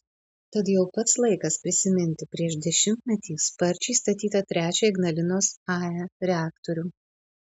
tad jau pats laikas prisiminti prieš dešimtmetį sparčiai statytą trečią ignalinos ae reaktorių